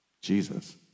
Jesus